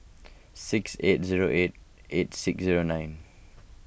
six eight zero eight eight six zero nine